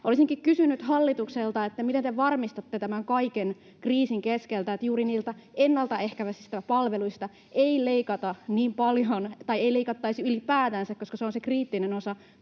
Olisinkin kysynyt hallitukselta: miten te varmistatte tämän kaiken kriisin keskellä, että juuri niistä ennalta ehkäisevistä palveluista ei leikata niin paljon tai ei leikattaisi ylipäätänsä, koska se on se kriittinen osa